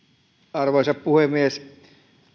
arvoisa puhemies